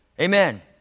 Amen